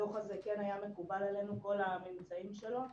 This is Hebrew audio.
הדוח הזה וכל הממצאים שלו היה מקובלים עלינו,